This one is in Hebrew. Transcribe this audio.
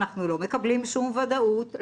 אנחנו לא מקבלים שום ודאות,